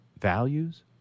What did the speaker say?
values